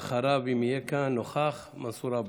ואחריו, אם יהיה נוכח כאן, מנסור עבאס.